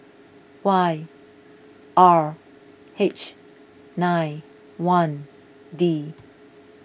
Y R H nine one D